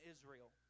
Israel